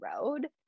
road